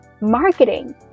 marketing